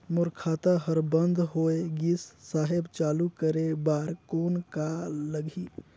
मोर खाता हर बंद होय गिस साहेब चालू करे बार कौन का लगही?